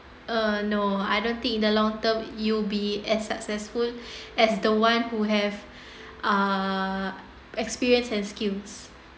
uh no I don't think in the long term you be as successful as the one who have uh experience and skills